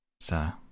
sir